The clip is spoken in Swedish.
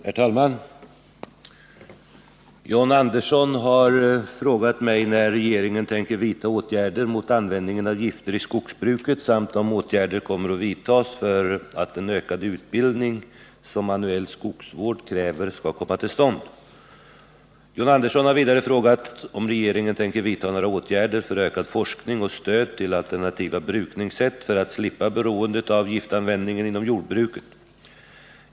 Herr talman! John Andersson har frågat mig när regeringen tänker vidta åtgärder mot användningen av gifter i skogsbruket och om åtgärder kommer att vidtas för att den ökade utbildning som manuell skogsvård kräver skall komma till stånd. John Andersson har vidare frågat om regeringen tänker vidta några åtgärder för ökad forskning och stöd till alternativa brukningssätt för att slippa beroendet av giftanvändningen inom jordbruket.